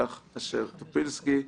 לילך אשר-טופילסקי,